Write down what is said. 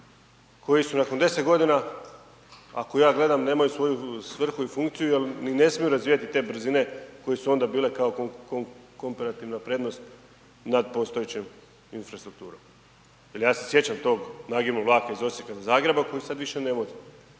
koji su nakon 10 godina, ako ja gledam nemaju svoju svrhu i funkciju jer ni ne smiju razvijati te brzine koje su onda bile komparativna prednost nad postojećom infrastrukturom. Jer ja se sjećam tog nagibnog vlaka iz Osijeka do Zagreba koji sad više ne vozi.